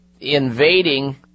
invading